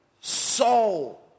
soul